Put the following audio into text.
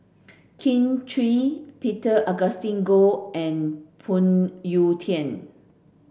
Kin Chui Peter Augustine Goh and Phoon Yew Tien